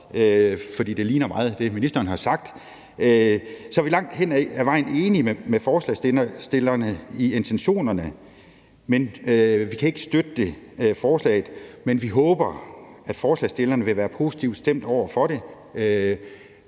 for det ligner meget det, ministeren har sagt – er vi langt hen ad vejen enige med forslagsstillerne i intentionerne, men vi kan ikke støtte forslaget. Vi håber, at forslagsstillerne vil være positivt stemt over for